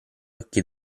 occhi